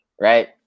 right